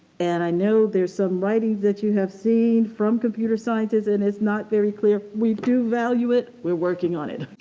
and i know there's some writing that you have seen from computer scientists and it's not very clear. we do value it, we're working it,